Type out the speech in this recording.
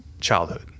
childhood